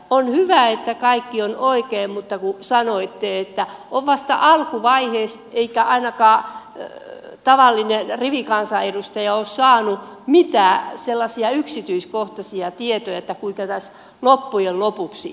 on hyvä että kaikki on oikein mutta sanoitte että tämä on vasta alkuvaiheessa eikä ainakaan tavallinen rivikansanedustaja ole saanut mitään sellaisia yksityiskohtaisia tietoja että kuinka tässä loppujen lopuksi käy